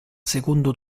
secondo